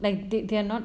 like they they are not